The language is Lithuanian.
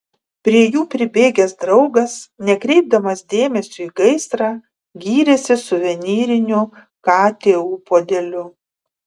prie jų pribėgęs draugas nekreipdamas dėmesio į gaisrą gyrėsi suvenyriniu ktu puodeliu